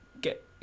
get